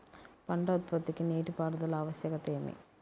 పంట ఉత్పత్తికి నీటిపారుదల ఆవశ్యకత ఏమి?